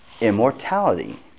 immortality